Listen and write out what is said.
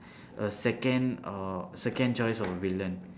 s second uh second choice of villain